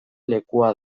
lekua